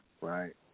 right